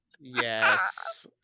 Yes